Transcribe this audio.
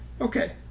Okay